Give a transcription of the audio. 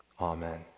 Amen